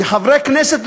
כחברי הכנסת,